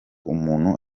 umuntu